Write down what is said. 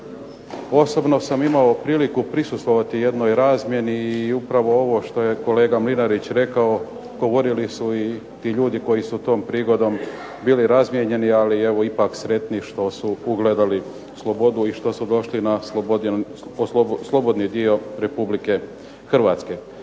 Osobno sam imao priliku prisustvovati jednoj razmjeni i upravo ovo što je kolega Mlinarić rekao govorili su ti ljudi koji su tom prigodom bili razmijenjeni, ali ipak sretni što su ugledali slobodu i što su došli na slobodni dio Republike Hrvatske.